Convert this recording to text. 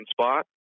spot